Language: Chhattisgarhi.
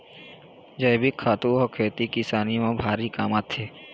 जइविक खातू ह खेती किसानी म भारी काम आथे